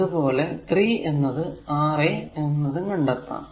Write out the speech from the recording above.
അത് പോലെ 3 എന്നത് R a എന്നതും കണ്ടെത്താം